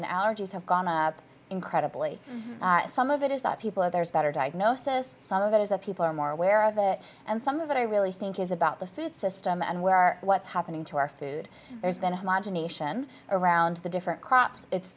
and allergies have gone up incredibly some of it is that people have there's better diagnosis some of it is that people are more aware of it and some of it i really think is about the food system and where our what's happening to our food there's been a homogenous nation around the different crops it's